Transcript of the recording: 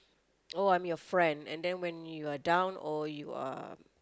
oh I'm your friend and then when you are down or you are